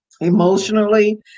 emotionally